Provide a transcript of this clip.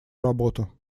работу